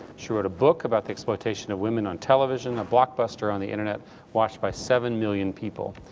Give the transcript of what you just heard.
she wrote a book about the exploitation of women on television, a blockbuster on the internet watched by seven million people.